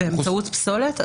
באמצעות פסולת?